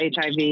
HIV